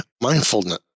mindfulness